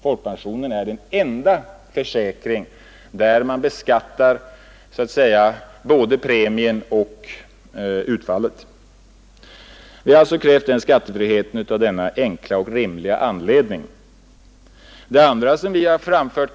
Folkpensionen är den enda försäkring där man så att säga beskattar både premien och utfallet. Av denna enkla och rimliga anledning har vi krävt skattefrihet.